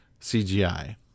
CGI